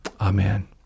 Amen